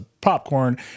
popcorn